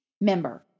member